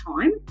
time